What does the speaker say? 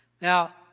Now